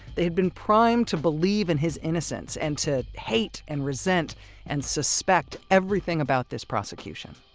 they had been primed to believe in his innocence and to hate and resent and suspect everything about this prosecution